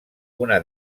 una